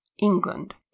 England